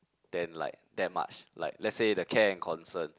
then like that much like let's say the care and concern